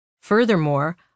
Furthermore